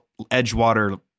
edgewater